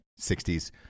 60s